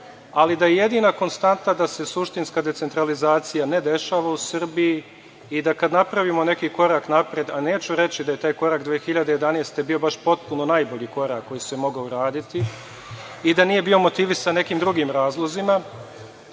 ali da je jedina konstanta da se suštinska decentralizacija ne dešava u Srbiji i da kada napravimo neki korak napred, a neću reći da je taj korak 2011. godine bio baš potpuno najbolji korak koji se mogao uraditi i da nije bio motivisan nekim drugim razlozima,